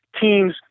teams